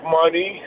money